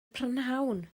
prynhawn